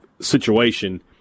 situation